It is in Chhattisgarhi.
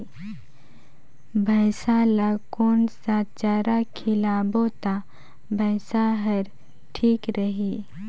भैसा ला कोन सा चारा खिलाबो ता भैंसा हर ठीक रही?